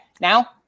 Now